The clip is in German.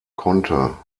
konnte